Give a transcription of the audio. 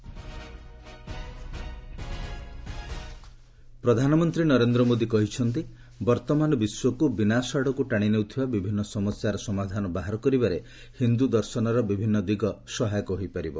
PM world Hindu congress ପ୍ରଧାନମନ୍ତ୍ରୀ ନରେନ୍ଦ୍ର ମୋଦି କହିଛନ୍ତି ବର୍ତ୍ତମାନ ବିଶ୍ୱକୁ ବିନାଶ ଆଡ଼କୁ ଟାଣି ନେଉଥିବା ବିଭିନ୍ନ ସମସ୍ୟାର ସମାଧାନ ବାହାର କରିବାରେ ହିନ୍ଦୁ ଦର୍ଶନର ବିଭିନ୍ନ ଦିଗ ସହାୟକ ହୋଇପାରିବ